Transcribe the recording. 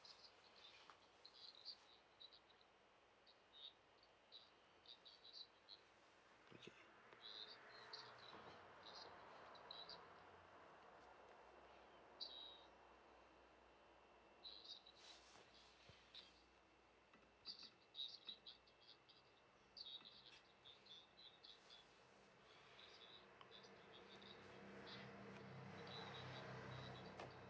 okay